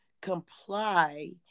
comply